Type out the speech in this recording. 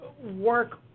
work